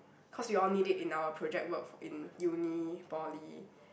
cause we all need it in our project work in uni poly